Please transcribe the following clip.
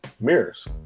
Mirrors